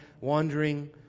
wandering